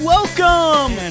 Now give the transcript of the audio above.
Welcome